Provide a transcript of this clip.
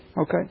Okay